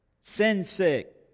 Sin-sick